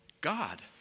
God